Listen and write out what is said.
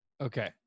Okay